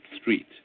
street